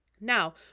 Now